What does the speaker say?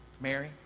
Mary